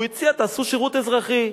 הוא הציע: תעשו שירות אזרחי.